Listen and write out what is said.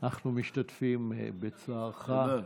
אנחנו משתתפים בצערך.